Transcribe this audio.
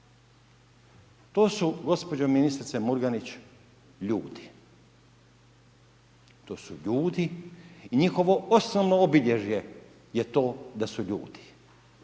To su gospođo ministrice Murganić, ljudi, to su ljudi i njihovo osnovno obilježje je to da su ljudi,